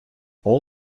all